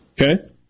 Okay